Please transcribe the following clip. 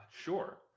sure